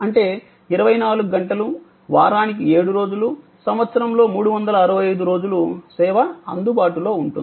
అంటే 24 గంటలు వారానికి 7 రోజులు సంవత్సరంలో 365 రోజులు సేవ అందుబాటులో ఉంటుంది